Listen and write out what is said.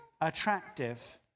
attractive